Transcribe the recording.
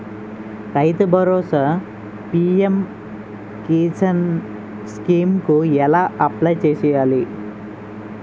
రైతు Bharosa PM Kisan scheme కు ఎలా అప్లయ్ చేయాలి?